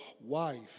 wife